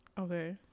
Okay